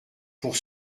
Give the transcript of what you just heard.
pour